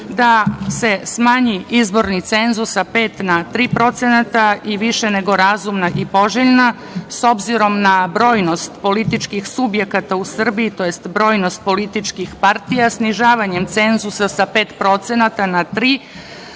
da se smanji izborni cenzus sa 5% na 3%, i više nego razumna i poželjna, s obzirom na brojnost političkih subjekata u Srbiji, tj. brojnost političkih partija, snižavanjem cenzusa sa 5% na 3%,